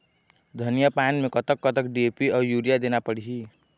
धनिया पान मे कतक कतक डी.ए.पी अऊ यूरिया देना पड़ही?